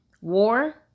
war